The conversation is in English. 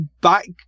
back